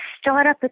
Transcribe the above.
startup